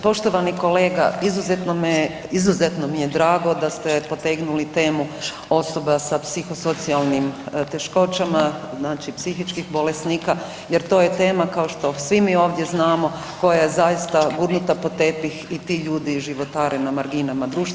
Poštovani kolega izuzetno mi je drago da ste potegnuli temu osoba sa psihosocijalnim teškoćama, znači psihičkih bolesnika jer to je tema kao što svi mi ovdje znamo koja je zaista gurnuta pod tepih i ti ljudi životare na marginama društva.